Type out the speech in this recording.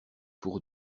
pour